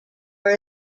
are